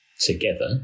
Together